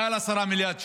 יותר מ-10 מיליארד שקל.